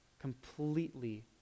completely